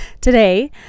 today